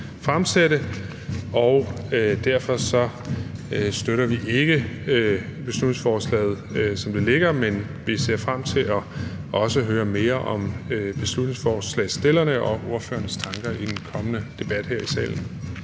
fremsætte. Derfor støtter vi ikke beslutningsforslaget, som det ligger, men vi ser frem til også at høre mere om beslutningsforslagsstillernes og ordførernes tanker i den kommende debat her i salen.